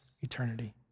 eternity